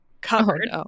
covered